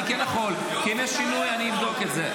אני כן יכול, כי אם יש שינוי, אני אבדוק את זה.